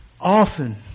often